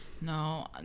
No